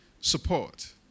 support